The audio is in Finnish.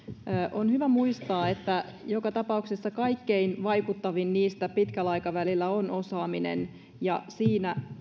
on hyvä muistaa että joka tapauksessa kaikkein vaikuttavin niistä pitkällä aikavälillä on osaaminen ja siinä